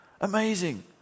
Amazing